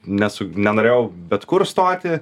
nes nenorėjau bet kur stoti